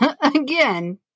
Again